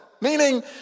Meaning